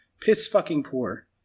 piss-fucking-poor